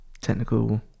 Technical